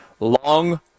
Long